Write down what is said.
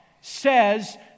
says